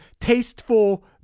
tasteful